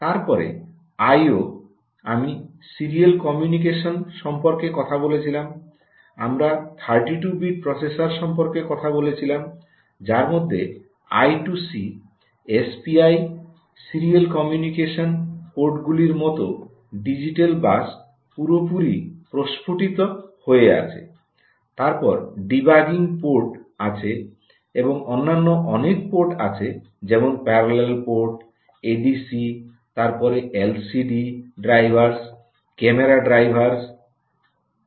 তারপরে আইও আমি serial communication সম্পর্কে কথা বলেছিলাম আমরা 32 বিট প্রসেসর সম্পর্কে কথা বলেছিলাম যার মধ্যে আই2সি এসপিআই সিরিয়াল কমিউনিকেশন পোর্টগুলির মতো ডিজিটাল বাস পুরোপুরি প্রস্ফুটিত হয়ে আছে তারপর ডিবাগিং পোর্ট আছে এবং অন্যান্য অনেক পোর্ট আছে যেমন প্যারালাল পোর্ট এডিসি তারপর এলসিডি ড্রাইভারস ক্যামেরা ড্রাইভেরস